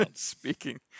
speaking